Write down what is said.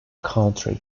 country